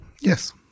Yes